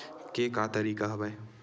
के का तरीका हवय?